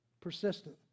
Persistent